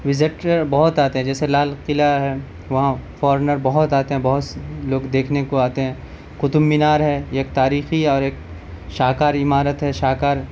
visitors بہت آتے ہیں جییسے لال قلعہ ہے وہاں فورنر بہت آتے ہیں بہت سے لوگ دیکھنے کو آتے ہیں قطب مینار ہے ایک تاریخی اور ایک شاہ کار عمارت ہے شاہ کار